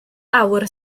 awr